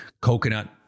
Coconut